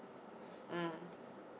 mm